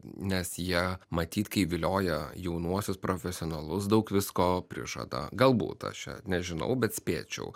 nes jie matyt kai vilioja jaunuosius profesionalus daug visko prižada galbūt aš čia nežinau bet spėčiau